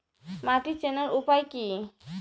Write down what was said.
মাটি চেনার উপায় কি?